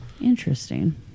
Interesting